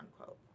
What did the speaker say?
unquote